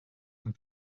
and